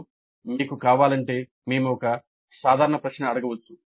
అప్పుడు మీకు కావాలంటే మేము ఒక సాధారణ ప్రశ్న అడగవచ్చు